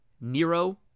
Nero